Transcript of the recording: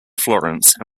florence